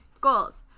goals